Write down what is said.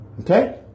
Okay